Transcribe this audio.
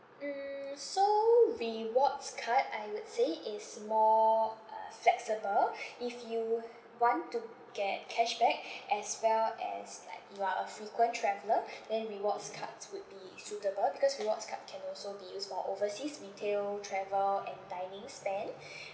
mm so rewards card I would say is more uh flexible if you want to get cashback as well as like you are a frequent traveller then rewards cards would be suitable because rewards card can also be used for overseas retail travel and dining spend